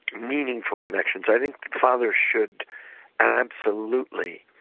meaningful connections. i think father should absolutely